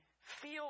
feel